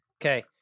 okay